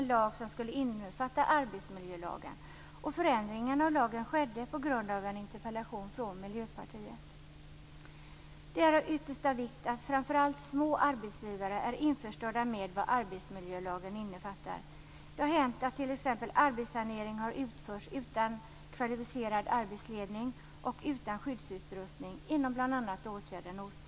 Det är av yttersta vikt att framför allt små arbetsgivare är införstådda med vad arbetsmiljölagen innefattar. Det har hänt att t.ex. asbestsanering har utförts utan kvalificerad arbetsledning och utan skyddsutrustning inom bl.a. åtgärden OTA.